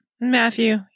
Matthew